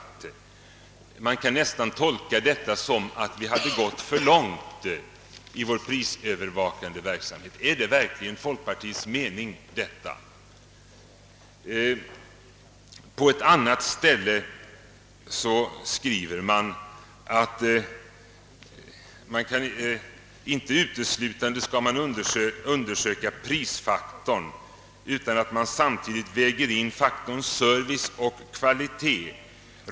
Man kan nästan tolka detta som att vi hade gått för långt i vår prisövervakande verksamhet. Är detta verkligen folkpartiets mening? På ett annat ställe skriver man »att man vid undersökning av detta slag inte uteslutande undersöker prisfaktorn utan att man samtidigt väger in faktorerna service och kvalitet».